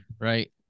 right